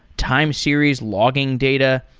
time series logging data,